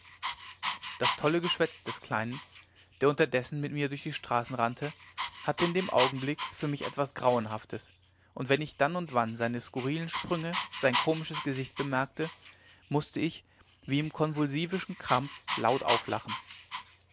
das tolle geschwätz des kleinen der unterdessen mit mir durch die straßen rannte hatte in dem augenblick für mich etwas grauenhaftes und wenn ich dann und wann seine skurrile sprünge sein komisches gesicht bemerkte mußte ich wie im konvulsivischen krampf laut auflachen